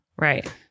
Right